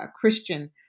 Christian